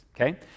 okay